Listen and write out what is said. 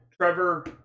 trevor